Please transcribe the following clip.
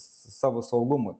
savo saugumui